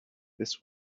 this